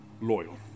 loyal